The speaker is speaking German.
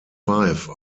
five